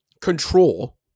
control